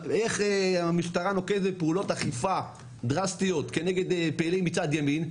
איך המשטרה נוקטת בפעולות אכיפה דרסטיות כנגד פעילים מצד ימין.